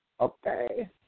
Okay